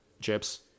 Chips